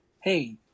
hey